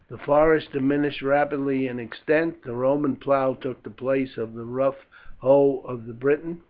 the forest diminished rapidly in extent the roman plough took the place of the rough hoe of the briton,